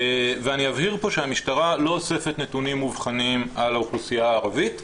ואני אבהיר פה שהמשטרה לא אוספת נתונים מובחנים על האוכלוסייה הערבית.